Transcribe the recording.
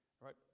right